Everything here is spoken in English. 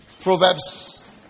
Proverbs